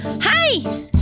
Hi